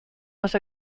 was